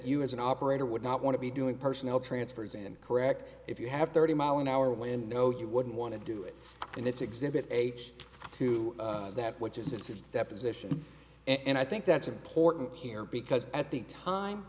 you as an operator would not want to be doing personnel transfers and correct if you have thirty mile an hour wind no you wouldn't want to do it and it's exhibit a to that which is it's a deposition and i think that's important here because at the time